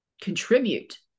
contribute